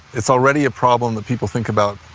it's already a problem that people think about,